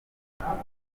mahitamo